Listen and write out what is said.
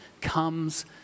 comes